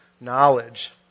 knowledge